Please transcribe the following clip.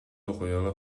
окуяга